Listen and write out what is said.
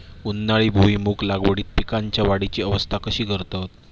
उन्हाळी भुईमूग लागवडीत पीकांच्या वाढीची अवस्था कशी करतत?